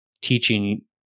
teaching